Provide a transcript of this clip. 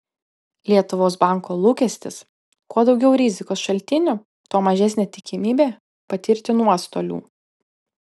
lietuvos banko lūkestis kuo daugiau rizikos šaltinių tuo mažesnė tikimybė patirti nuostolių